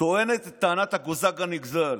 טוענת את טענת הקוזק הנגזל.